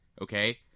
okay